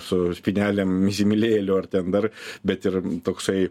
su spynelėm įsimylėjėlių ar ten dar bet ir toksai